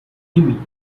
hime